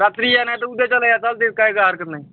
रात्री ये नाहीतर उद्याचाला या चालतय काय का हरकत नाही